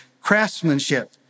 craftsmanship